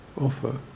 offer